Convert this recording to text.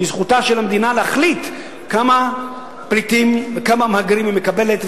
כי זכותה של המדינה להחליט כמה פליטים וכמה מהגרים היא מקבלת,